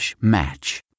match